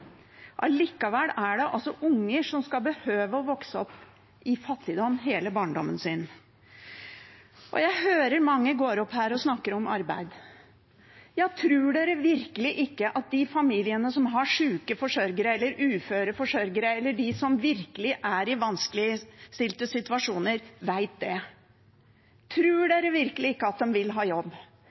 Allikevel er det altså unger som skal behøve å vokse opp i fattigdom gjennom hele barndommen. Jeg hører at mange går opp hit og snakker om arbeid. Tror dere virkelig ikke at de familiene som har syke eller uføre forsørgere, eller de som virkelig er i vanskelige situasjoner, vet det? Tror dere virkelig ikke at de vil ha jobb?